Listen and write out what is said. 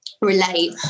relate